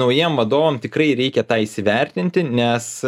naujiem vadovam tikrai reikia tą įsivertinti nes